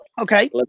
Okay